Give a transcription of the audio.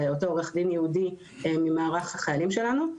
אותו עורך דין ייעודי ממערך החיילים שלנו,